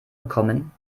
gekommen